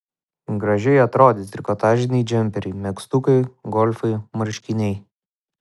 gražiai atrodys trikotažiniai džemperiai megztukai golfai marškiniai